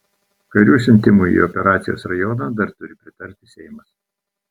karių siuntimui į operacijos rajoną dar turi pritarti seimas